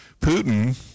Putin